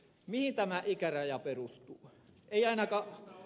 mihin tämä ikäraja perustuu